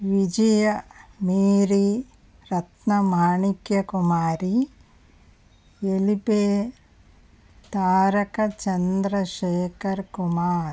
Vijaya Mary Ratna Manikya Kumari Elipe Taraka Chandrasekhara Kumar